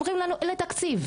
אומרים לנו שאין להם תקציב,